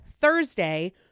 Thursday